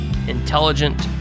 intelligent